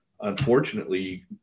unfortunately